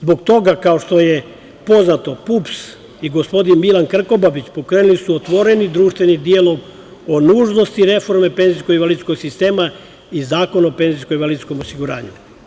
Zbog toga, kao što je poznato, PUPS i gospodin Milan Krkobabić pokrenuli su otvoreni društveni dijalog o nužnosti reforme penzijsko-invalidskog sistema i Zakon o penzijskom i invalidskom osiguranju.